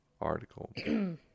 article